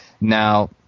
Now